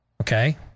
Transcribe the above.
Okay